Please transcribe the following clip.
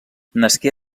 nasqué